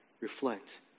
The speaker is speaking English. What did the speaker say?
reflect